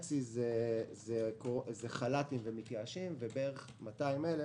בערך חצי זה חל"ת ומתייאשים ובערך 200,000